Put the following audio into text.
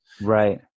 Right